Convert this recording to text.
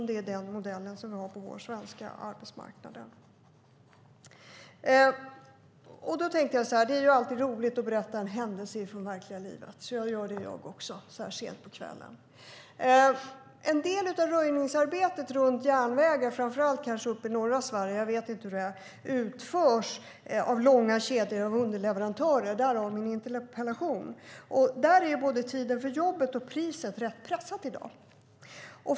Det är ju den modell som vi har på vår svenska arbetsmarknad. Det är alltid roligt att berätta om en händelse från verkliga livet. Därför gör jag det, jag också, så här sent på kvällen. En del av röjningsarbetet runt järnvägen, kanske framför allt i norra Sverige, utförs av långa kedjor av underleverantörer, därav min interpellation. Där är både tiden för jobbet och priset rätt pressat i dag.